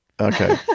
Okay